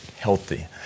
healthy